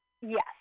yes